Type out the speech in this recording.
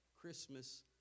christmas